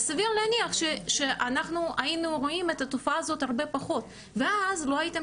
אז סביר להניח שהיינו רואים את התופעה הזאת הרבה פחות ואז לא הייתם